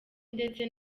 ndetse